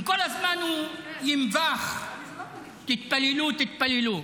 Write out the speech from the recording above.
אם כל הזמן הוא ינבח "תתפללו, תתפללו".